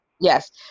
Yes